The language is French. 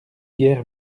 guère